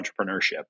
entrepreneurship